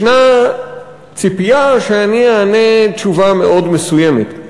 ישנה ציפייה שאני אענה תשובה מאוד מסוימת,